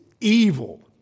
evil